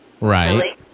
Right